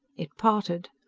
it parted.